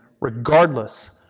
regardless